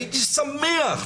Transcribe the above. הייתי שמח,